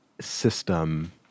system